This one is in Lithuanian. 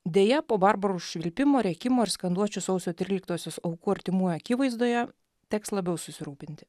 deja po barbarų švilpimo rėkimo ir skanduočių sausio tryliktosios aukų artimų akivaizdoje teks labiau susirūpinti